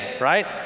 right